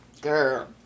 girl